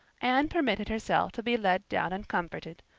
anne permitted herself to be led down and comforted,